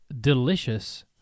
delicious